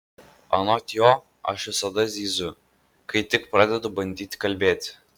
anot jo aš visada zyziu kai tik pradedu bandyti kalbėti